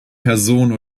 person